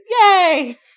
Yay